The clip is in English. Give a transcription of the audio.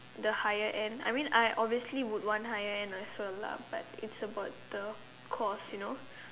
the higher end I mean I obviously would want higher end also lah but it's about the cost you know